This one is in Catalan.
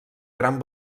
gran